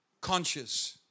conscious